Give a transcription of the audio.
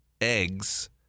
eggs